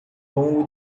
longo